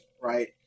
right